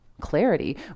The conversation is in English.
clarity